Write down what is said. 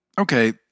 okay